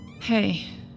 Hey